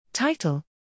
Title